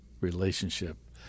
relationship